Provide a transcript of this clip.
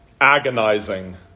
agonizing